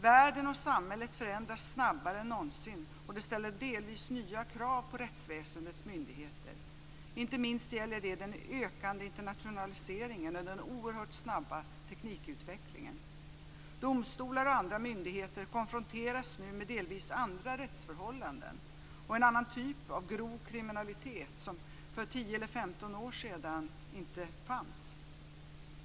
Världen och samhället förändras snabbare än någonsin, och det ställer delvis nya krav på rättsväsendets myndigheter, inte minst gäller det den ökande internationaliseringen och den oerhört snabba teknikutvecklingen. Domstolar och andra myndigheter konfronteras nu med delvis andra rättsförhållanden och en annan typ av grov kriminalitet som inte fanns för 10-15 år sedan.